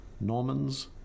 Normans